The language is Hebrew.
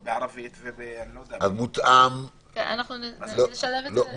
אני רוצה שזה יהיה בשפות, בערבית.